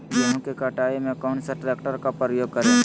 गेंहू की कटाई में कौन सा ट्रैक्टर का प्रयोग करें?